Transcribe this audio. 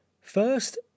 first